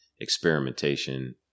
experimentation